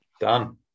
Done